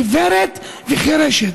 עיוורת וחירשת.